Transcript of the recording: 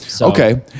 okay